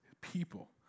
people